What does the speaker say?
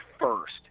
first